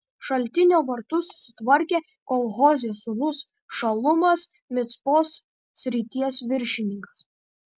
šaltinio vartus sutvarkė kol hozės sūnus šalumas micpos srities viršininkas